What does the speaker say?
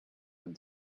and